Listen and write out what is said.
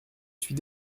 suis